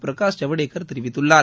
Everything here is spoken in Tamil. பிரகாஷ் ஜவ்டேகர் தெரிவித்துள்ளார்